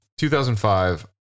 2005